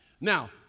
Now